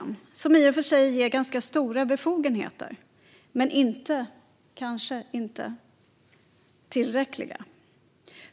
Den ger i och för sig ganska stora befogenheter, men dessa är kanske inte tillräckliga.